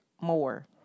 more